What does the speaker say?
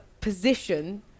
position